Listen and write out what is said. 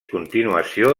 continuació